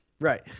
Right